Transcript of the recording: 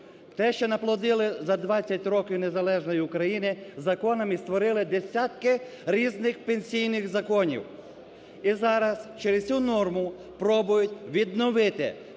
Те, що наплодили за 20 років незалежної України законами і створили десятки різних пенсійних законів. І зараз через цю норму пробують відновити